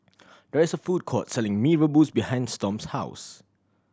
there is food court selling Mee Rebus behind Storm's house